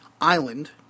island